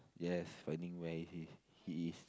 yes finding where he he is